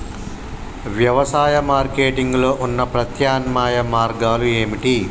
వ్యవసాయ మార్కెటింగ్ లో ఉన్న ప్రత్యామ్నాయ మార్గాలు ఏమిటి?